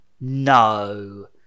No